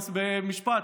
במשפט.